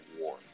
war